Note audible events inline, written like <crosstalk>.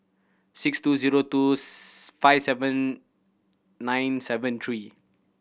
six two zero two <unintelligible> five seven nine seven three